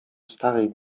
starej